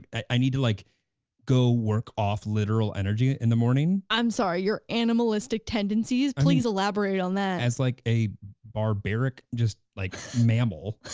i need to like go work off literal energy in the morning. i'm sorry, your animalistic tendencies, please elaborate on that. as like a barbaric just like mammal.